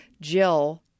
Jill